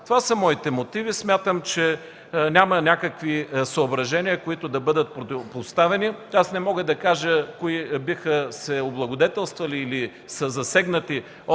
Това са моите мотиви. Смятам, че няма някакви съображения, които да бъдат противопоставени. Не мога да кажа кои биха се облагодетелствали или биха били засегнати от